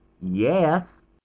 Yes